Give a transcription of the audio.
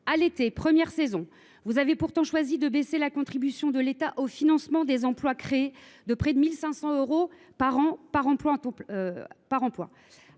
À l’été, première saison, vous avez pourtant choisi de baisser la contribution de l’État au financement des emplois créés de près de 1 500 euros par an par